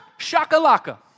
shakalaka